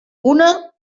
una